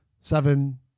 seven